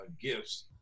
gifts